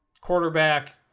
quarterback